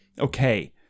Okay